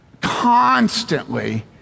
constantly